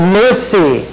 mercy